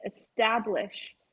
establish